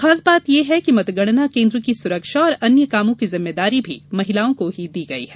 खास बात यह है कि मतगणना केन्द्र की सुरक्षा और अन्य कामों की जिम्मेदारी भी महिलाओं को ही दी गई है